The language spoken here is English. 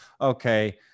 Okay